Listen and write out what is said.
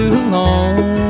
alone